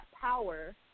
power